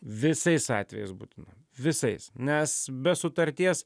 visais atvejais būtina visais nes be sutarties